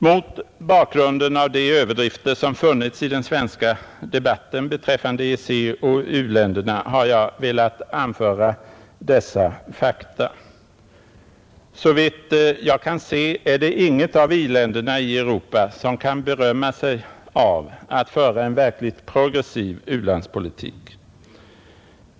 Mot bakgrunden av de överdrifter som funnits i den svenska debatten beträffande EEC och u-länderna har jag velat anföra dessa fakta. Såvitt jag kan se är det inget av u-länderna i Europa, som kan berömma sig av att föra en verkligt progressiv u-landspolitik.